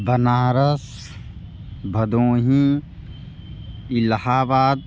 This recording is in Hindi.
बनारस भदोही इलाहाबाद